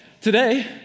today